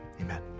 amen